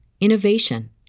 innovation